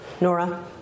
Nora